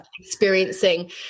experiencing